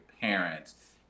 parents